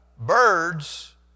Birds